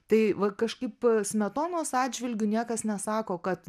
tai kažkaip smetonos atžvilgiu niekas nesako kad